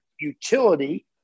utility